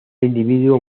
individuo